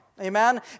Amen